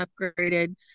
upgraded